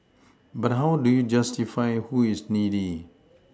but how do you justify who is needy